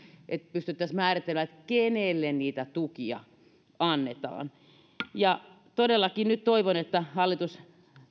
pystyttäisiin määrittelemään kenelle niitä tukia annetaan todellakin nyt toivon että hallitus